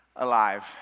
alive